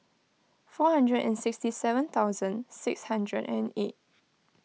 four hundred and sixty seven thousand six hundred and eight